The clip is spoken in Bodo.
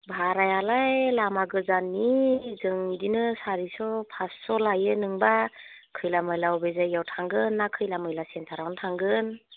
भारहायालाय लामा गोजाननि जों बिदिनो सारिस' फासस' लायो नोंबा खैला मैला अबे जायगायाव थांगोन ना खैला मैला सेन्टारआवनो थांगोन